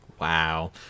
Wow